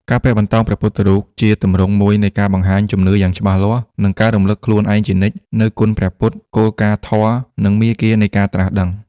ការពាក់បន្តោងព្រះពុទ្ធរូប ជាទម្រង់មួយនៃការបង្ហាញជំនឿយ៉ាងច្បាស់លាស់ និងការរំឭកខ្លួនឯងជានិច្ច នូវគុណព្រះពុទ្ធ គោលការណ៍ធម៌ និងមាគ៌ានៃការត្រាស់ដឹង។